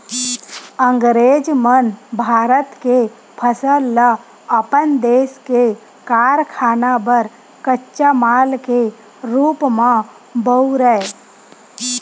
अंगरेज मन भारत के फसल ल अपन देस के कारखाना बर कच्चा माल के रूप म बउरय